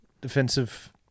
Defensive